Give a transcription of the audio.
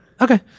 Okay